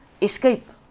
escape